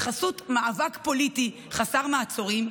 בחסות מאבק פוליטי חסר מעצורים,